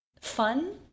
fun